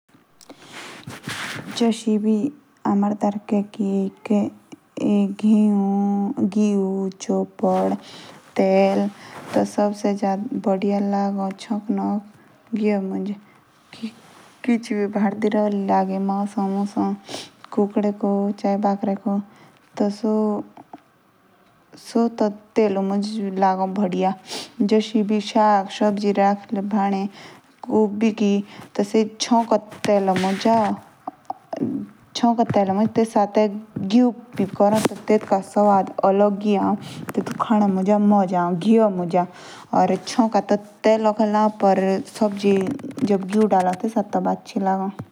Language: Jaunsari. जश हमारे अंधेरे ए। गिउ, चोपड़, टी मुझे सबसे बढ़िया लागो चोखनोक गिउ। जो मासो होलो सेओ तेलु मुज लागो आचो। या शग लागो गिउ मुज आचो।